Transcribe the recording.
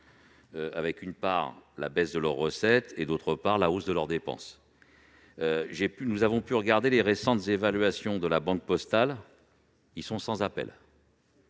» entre baisse de leurs recettes et hausse de leurs dépenses. Nous avons pu regarder les récentes évaluations de la Banque Postale, qui sont sans appel.